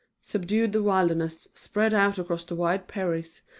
subdued the wilderness, spread out across the wide prairies,